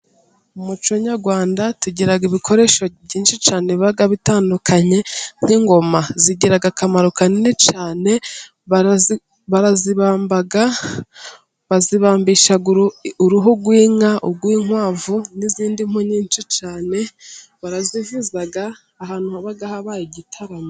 Mumuco nyarwanda tugira ibikoresho byinshi cyane bitandukanye, nk'ingoma zigira akamaro kanini cyane barazibamba, bazibambisha uruhu rw'inka cyangwa urw'inkwavu n'izindi mpu nyinshi cyane barazivuza ahantu habaye igitaramo.